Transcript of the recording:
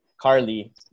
Carly